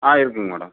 ஆ இருக்குங்க மேடம்